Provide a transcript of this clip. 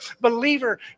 believer